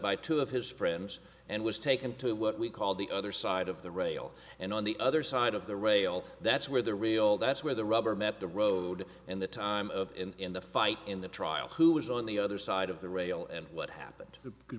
by two of his friends and was taken to what we call the other side of the rail and on the other side of the rail that's where the real that's where the rubber met the road in the time of in the fight in the trial who was on the other side of the rail and what happened to